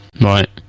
Right